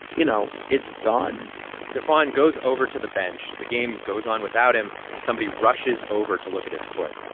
you know, it's done stephon goes over to the bench. the game goes on without him, and somebody rushes over to look at his foot.